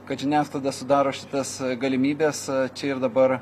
kad žiniasklaida sudaro šitas galimybes čia ir dabar